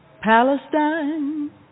Palestine